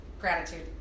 Gratitude